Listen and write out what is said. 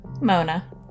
Mona